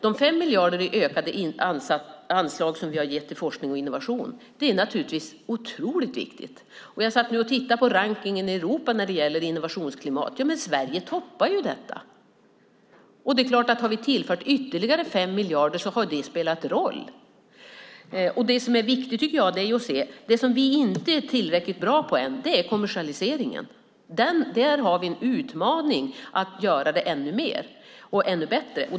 De 5 miljarder i ökade anslag som vi har gett till forskning och innovation är naturligtvis otroligt viktiga. Jag tittade nyss på rankningen i Europa när det gäller innovationsklimat. Sverige toppar ju denna. Det är klart att det har spelat en roll att vi har tillfört ytterligare 5 miljarder. Det som är viktigt att se, tycker jag, är att det som vi inte är tillräckligt bra på än är kommersialiseringen. Där har vi en utmaning att göra ännu mer och ännu bättre.